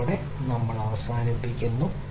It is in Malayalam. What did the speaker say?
ഇതോടെ നമ്മൾ അവസാനിപ്പിക്കുന്നു